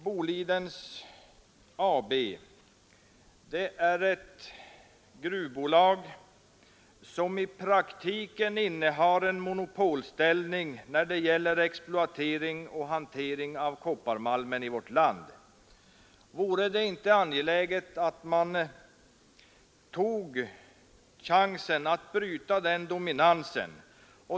Boliden AB är ett gruvbolag som i praktiken innehar en monopolställning när det gäller exploatering och hantering av kopparmalmen i vårt land. Vore det inte angeläget att man tog chansen att bryta denna dominans?